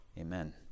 Amen